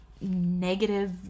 negative